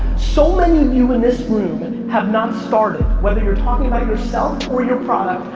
so many of you in this room and have not started. whether you're talking about yourself or your product,